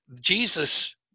Jesus